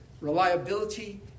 reliability